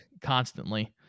constantly